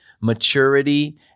maturity